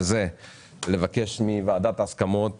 שזה לבקש מוועדת ההסכמות